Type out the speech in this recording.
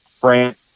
France